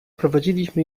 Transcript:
prowadziliśmy